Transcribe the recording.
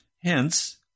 Hence